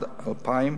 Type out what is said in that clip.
1/2000,